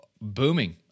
booming